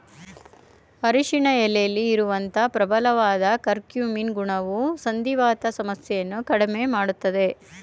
ಅರಿಶಿನ ಎಲೆಲಿ ಇರುವಂತ ಪ್ರಬಲವಾದ ಕರ್ಕ್ಯೂಮಿನ್ ಗುಣವು ಸಂಧಿವಾತ ಸಮಸ್ಯೆಯನ್ನ ಕಡ್ಮೆ ಮಾಡ್ತದೆ